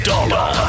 Dollar